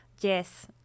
Yes